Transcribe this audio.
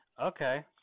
Okay